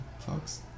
folks